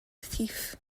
thief